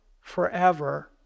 forever